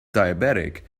diabetic